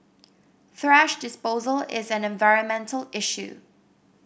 thrash disposal is an environmental issue